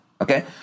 okay